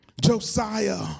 Josiah